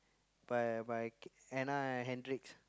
by by Anna-Kendrick